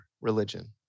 religion